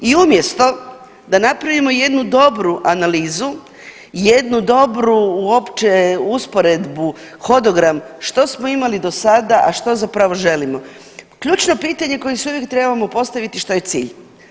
I umjesto da napravimo jednu dobru analizu, jednu dobru uopće usporedbu hodogram što smo imali do sada, a što zapravo želimo, ključno pitanje koji si uvijek trebamo postaviti što je cilj.